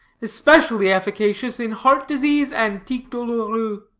especially efficacious in heart disease and tic-douloureux.